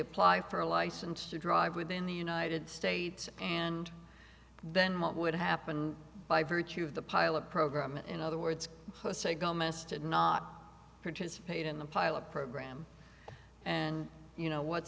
apply for a license to drive within the united states and then what would happen by virtue of the pilot program in other words per se gomez did not participate in the pilot program and you know what